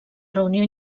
reunió